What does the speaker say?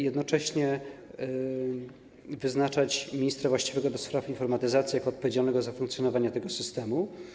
Jednocześnie wyznacza się ministra właściwego do spraw informatyzacji jako odpowiedzialnego za funkcjonowanie tego systemu.